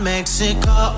Mexico